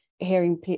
hearing